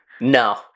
No